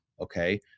Okay